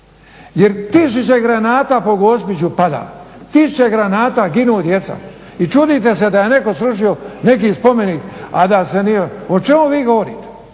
jer tisuće granata po Gospiću pada, tisuće granata ginu djeca i čudite se da je netko srušio neki spomenik a da se nije, o čemu vi govorite?